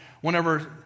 Whenever